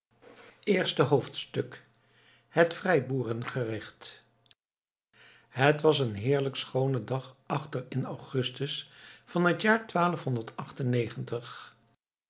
eerste hoofdstuk het vrijboeren gericht het was een heerlijk schoone dag achter in augustus van het jaar